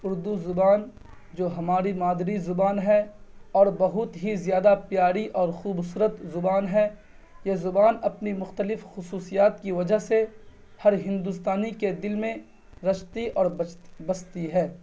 اردو زبان جو ہماری مادری زبان ہے اور بہت ہی زیادہ پیاری اور خوبصورت زبان ہے یہ زبان اپنی مختلف خصوصیات کی وجہ سے ہر ہندوستانی کے دل میں رچتی اور بچت بستی ہے